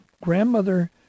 grandmother